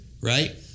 right